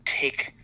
take